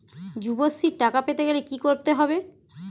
যুবশ্রীর টাকা পেতে গেলে কি করতে হবে?